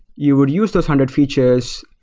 you would use those hundred features,